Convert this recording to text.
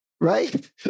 right